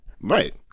Right